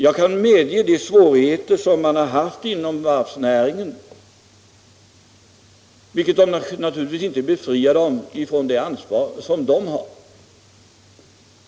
Jag kan medge att man har haft svårigheter inom varvsnäringen, och det befriar naturligtvis inte företagen från det ansvar som de har.